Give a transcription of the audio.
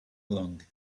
along